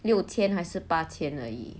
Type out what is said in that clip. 六千还是八千而已